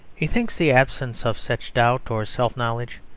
he thinks the absence of such doubt, or self-knowledge,